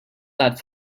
that